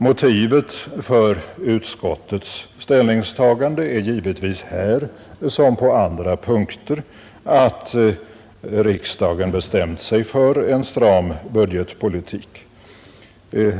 Motivet för utskottets ställningstagande är givetvis här som på andra punkter att riksdagen bestämt sig för en stram budgetpolitik.